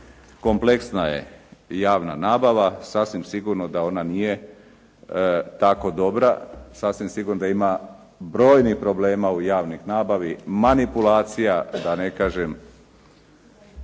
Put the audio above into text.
Kompleksna je javna nabava, sasvim sigurno da ona nije tako dobra, sasvim sigurno da ima brojnih problema u javnoj nabavi manipulacija da ne kažem,